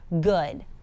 good